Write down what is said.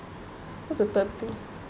what's the third thing